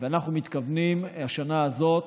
ואנחנו מתכוונים בשנה הזאת,